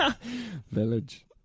Village